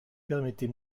permettez